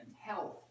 health